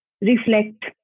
reflect